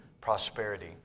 prosperity